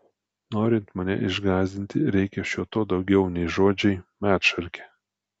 norint mane išgąsdinti reikia šio to daugiau nei žodžiai medšarke